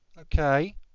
Okay